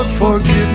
forgiveness